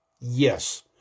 Yes